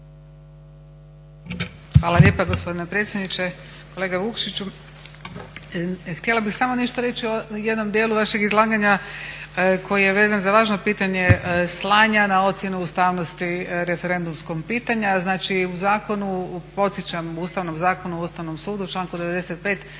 Hvala lijepa gospodine predsjedniče. Kolega Vukšiću, htjela bih samo nešto reći o jednom dijelu vašeg izlaganja koji je vezan za važno pitanje slanja na ocjenu ustavnosti referendumskog pitanja. Znači u zakonu, podsjećam Ustavnom zakonu o Ustavnom sudu članku 95.